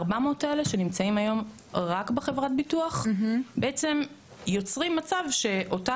ה-400 האלה שנמצאים היום רק בחברת ביטוח בעצם יוצרים מצב שאותה